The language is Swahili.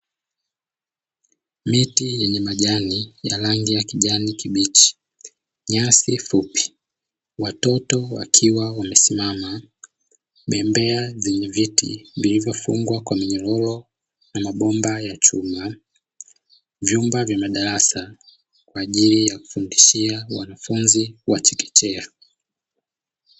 Miti yenye majani ya rangi ya kijani kibichi, nyasi fupi, watoto wakiwa wamesimama, bembea zenye viti vilivyofungwa kwa minyororo, na mabomba ya chuma, vyumba vya madarasa, kwa ajili ya kufundishia wanafunzi wa chekechea.